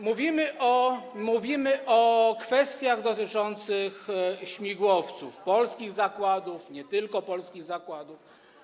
Mówimy o kwestiach dotyczących śmigłowców, polskich zakładów i nie tylko polskich zakładów.